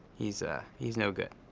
he's ah he's no good.